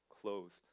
closed